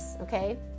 okay